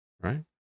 right